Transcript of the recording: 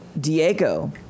Diego